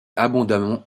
abondamment